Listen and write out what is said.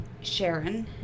Sharon